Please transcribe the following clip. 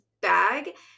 bag